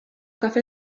café